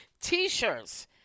t-shirts